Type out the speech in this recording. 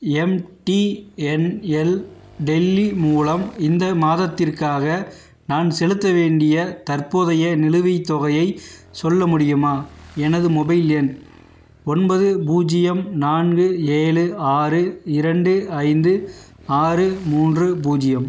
MTNL Delhi மூலம் இந்த மாதத்திற்காக நான் செலுத்த வேண்டிய தற்போதைய நிலுவைத் தொகையை சொல்ல முடியுமா எனது மொபைல் எண் ஒன்பது பூஜ்யம் நான்கு ஏழு ஆறு இரண்டு ஐந்து ஆறு மூன்று பூஜ்யம்